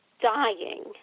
dying